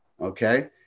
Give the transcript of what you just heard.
okay